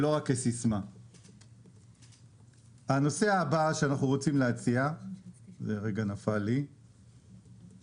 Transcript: הדבר הבא שאנחנו רוצים להציע זה הרחבת מסלול התמרוץ